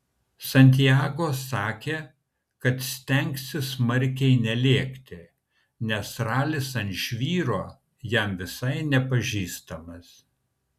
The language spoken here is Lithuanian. santiago sakė kad stengsis smarkiai nelėkti nes ralis ant žvyro jam visai nepažįstamas